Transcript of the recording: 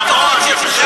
מה אתה מבלבל את המוח?